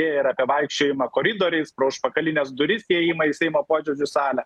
ir apie vaikščiojimą koridoriais pro užpakalines duris įėjimą į seimo posėdžių salę